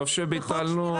לגרוע תנאים שקבע בהיתר הפעלה.